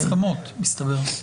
הוא בהסכמות, מסתבר.